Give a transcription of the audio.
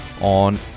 on